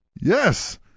yes